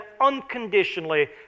unconditionally